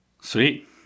Sweet